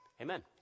Amen